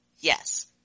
Yes